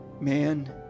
man